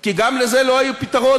כי גם לזה לא היה פתרון.